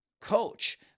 coach